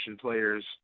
players